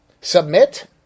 Submit